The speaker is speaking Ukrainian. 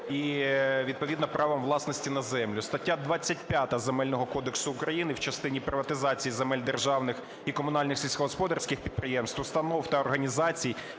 і відповідно правом власності на землю. Стаття 25 Земельного кодексу України в частині приватизації земель державних і комунальних сільськогосподарських підприємств, установ та організацій